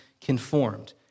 conformed